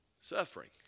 suffering